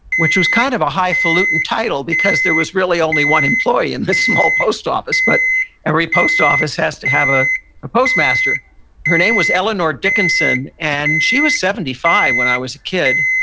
which was kind of a highfalutin title because there was really only one employee in this small post office, but every post office has to have ah a postmaster her name was eleanor dickinson, and she was seventy five when i was a kid.